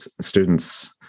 Students